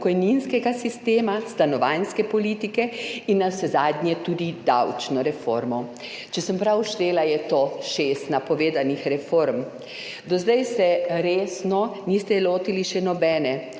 pokojninskega sistema, stanovanjske politike in navsezadnje tudi davčno reformo.« Če sem prav štela, je to šest napovedanih reform. Do zdaj se resno niste lotili še nobene